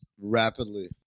Rapidly